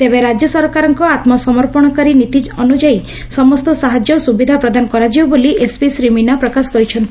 ତେବେ ରାଜ୍ୟ ସରକାରଙ୍କ ଆମ୍ ସମର୍ପଶକାରୀ ନିତି ଅନୁଯାୟୀ ସମସ୍ତ ସାହାଯ୍ୟ ଓ ସୁବିଧା ପ୍ରଦାନ କରାଯିବ ବୋଲି ଏସପି ଶ୍ରୀ ମୀନା ପ୍ରକାଶ କରିଛନ୍ତି